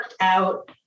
out